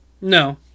No